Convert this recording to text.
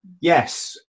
yes